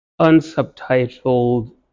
unsubtitled